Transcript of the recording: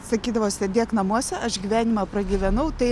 sakydavo sėdėk namuose aš gyvenimą pragyvenau tai